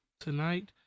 tonight